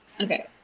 Okay